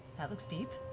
that looks deep.